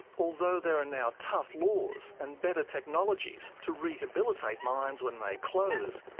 although there are now tough laws and better technologies to rehabilitate mines when they close,